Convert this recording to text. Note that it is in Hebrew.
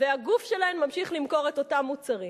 והגוף שלהן ממשיך למכור את אותם מוצרים.